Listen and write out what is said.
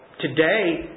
Today